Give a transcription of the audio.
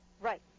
Right